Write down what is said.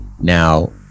Now